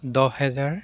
দহ হেজাৰ